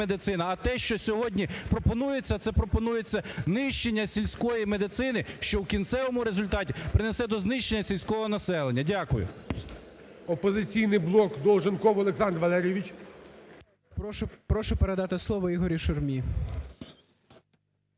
А те, що сьогодні пропонується, це пропонується нищення сільської медицини, що в кінцевому результаті принесе до знищення сільського населення. Дякую. ГОЛОВУЮЧИЙ. "Опозиційний блок", Долженков Олександр Валерійович. 12:57:32 ДОЛЖЕНКОВ О.В. Прошу передати слово Ігорю Шурмі.